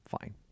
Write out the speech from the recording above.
Fine